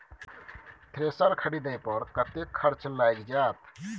Thresher खरीदे पर कतेक खर्च लाईग जाईत?